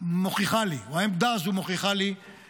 מוכיחה לי, או